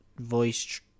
voice